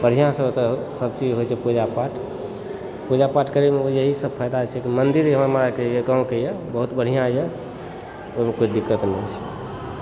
बढ़िआँसँ ओतऽ सभ चीज होइत छै पूजा पाठ पूजा पाठ करयमे यहीसभ फायदा छै कि मन्दिर यऽ हमरा गाँवके यऽ बहुत बढ़िआँ यऽ ओहिमे कोई दिक्कत नहि होइत छै